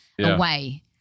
away